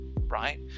right